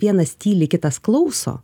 vienas tyli kitas klauso